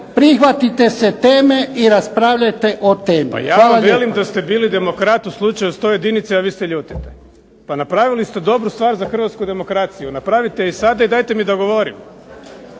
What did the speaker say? prihvatite se teme i raspravljajte o temi. **Milanović, Zoran (SDP)** Pa ja vam velim da ste bili demokrat u slučaju 101 a vi se ljutite. Pa napravili ste dobru stvar za hrvatsku demokraciju. Napravite je sada i dajte mi da govorim.